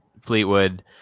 Fleetwood